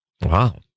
wow